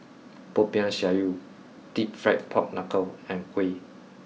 Popiah Sayur Deep Fried Pork Knuckle and Kuih